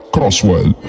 Crosswell